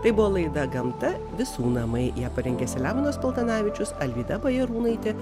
tai buvo laida gamta visų namai ją parengė selemonas paltanavičius alvyda bajarūnaitė